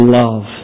love